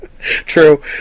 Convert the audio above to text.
True